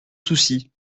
soucis